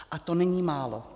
A to není málo.